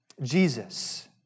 Jesus